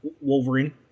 wolverine